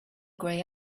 grey